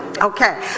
Okay